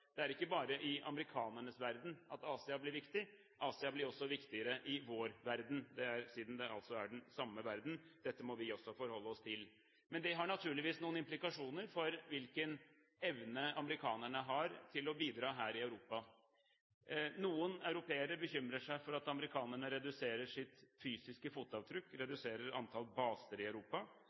det ikke bare er i amerikanernes verden at Asia blir viktig. Siden det altså er den samme verden, blir Asia også viktigere i vår verden. Dette må vi også forholde oss til. Men det har naturligvis noen implikasjoner for hvilken evne amerikanerne har til å bidra her i Europa. Noen europeere bekymrer seg for at amerikanerne reduserer sitt fysiske fotavtrykk, reduserer antallet baser i Europa,